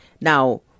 Now